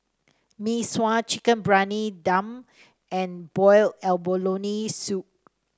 Mee Sua Chicken Briyani Dum and Boiled Abalone Soup